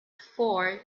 four